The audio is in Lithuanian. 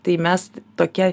tai mes tokia